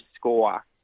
score